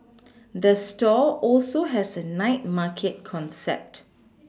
the store also has a night market concept